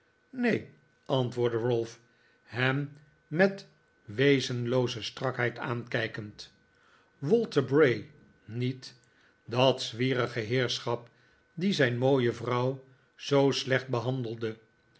neen antwoordde ralph hem met wezenlooze strakheid aankijkend walter bray niet dat zwierige heerschap die zijn mooie vrouw zoo slecht behandelde